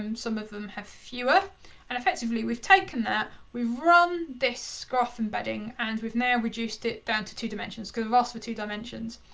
um some of them have fewer and effectively, we've taken that. we've run this scruff embedding and we've now reduced it down to two dimensions because for so two dimensions.